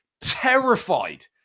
terrified